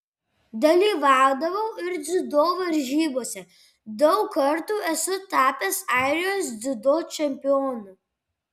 dalyvaudavau ir dziudo varžybose daug kartų esu tapęs airijos dziudo čempionu